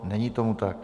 Není tomu tak.